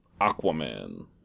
Aquaman